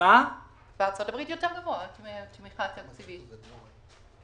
בארצות הברית התמיכה התקציבית גבוהה יותר.